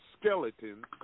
skeleton